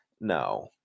no